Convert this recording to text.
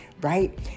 Right